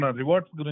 rewards